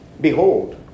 Behold